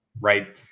right